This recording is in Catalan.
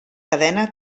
cadena